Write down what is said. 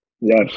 yes